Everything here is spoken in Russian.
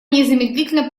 незамедлительно